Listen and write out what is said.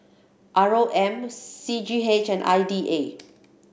R O M C G H and I D A